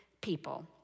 people